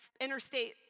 interstate